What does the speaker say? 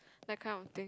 that kind of thing